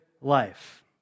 life